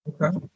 Okay